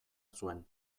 zuen